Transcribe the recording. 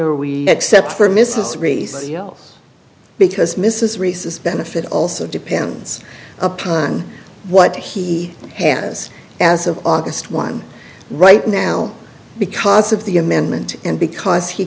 are we except for mrs race because mrs reese is benefit also depends upon what he has as of august one right now because of the amendment and because he